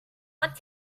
what